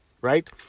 right